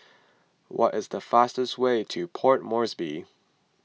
what is the fastest way to Port Moresby